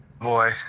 Boy